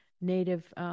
native